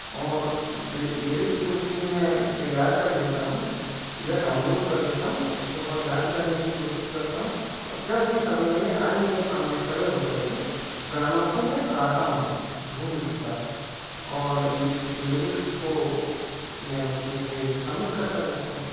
और लिरिक्स उस की में तैयार कर लेता हूँ या डाउनलोड कर लेता हूँ उस को वो याद करने की कोशिश करता हूँ और जब भी समय मिले आईने के सामने खड़े हो कर के गानों को मैं गाता हूँ धुन के साथ और लिरिक्स को मैं उस में फिर शामिल करता जाता हूँ